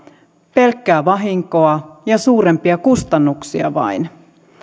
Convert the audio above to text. pelkkää vahinkoa ja suurempia kustannuksia vain